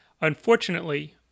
Unfortunately